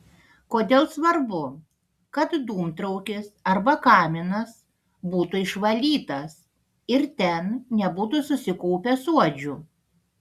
kodėl svarbu kad dūmtraukis arba kaminas būtų išvalytas ir ten nebūtų susikaupę suodžių